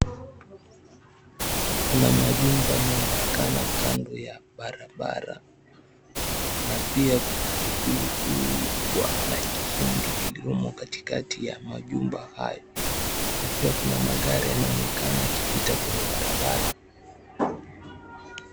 Kuna majumba yanayoonekana kando ya barabara na pia kuna ikulu kubwa la kihindi lililomo katikati ya majumba hayo. Na pia kuna magari yanayoonekana yakipita kwenye barabara.